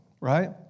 right